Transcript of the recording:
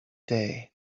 day